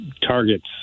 targets